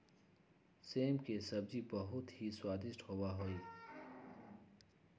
सेम के सब्जी बहुत ही स्वादिष्ट होबा हई